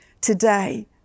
today